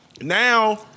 now